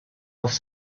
off